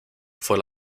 fue